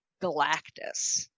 galactus